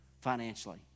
financially